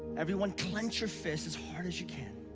everyone, clench your fists as hard as you can.